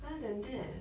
other than that